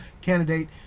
candidate